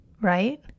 Right